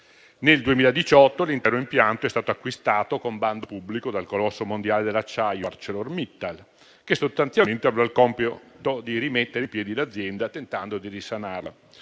Nel 2018 l'intero impianto è stato acquistato, con bando pubblico, dal colosso mondiale d'acciaio ArcelorMittal, che aveva il compito di rimettere in piedi l'azienda tentando di risanarla.